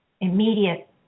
immediate